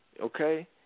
Okay